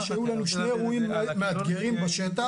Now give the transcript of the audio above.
שהיו לנו שני אירועים מאתגרים בשטח,